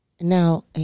Now